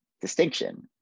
distinction